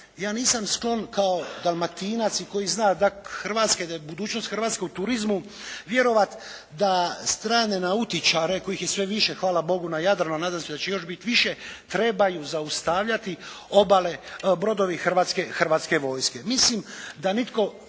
Ja nisam sklon kao Dalmatinac i koji zna da Hrvatska i da je budućnost Hrvatske u turizmu vjerovat da strane nautičare kojih je sve više hvala Bogu na Jadranu, a nadam se da će još biti više trebaju zaustavljati brodovi Hrvatske vojske. Mislim da nitko